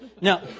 Now